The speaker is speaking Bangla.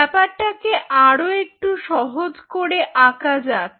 ব্যাপারটাকে আরও একটু সহজ করে আঁকা যাক